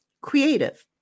creative